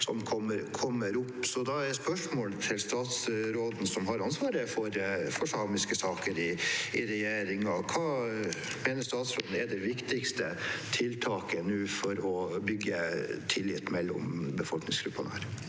som kommer opp. Da er spørsmålet til statsråden som har ansvaret for samiske saker i regjeringen: Hva mener statsråden er det viktigste tiltaket nå for å bygge tillit mellom befolkningsgruppene?